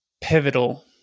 pivotal